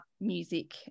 music